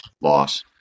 Loss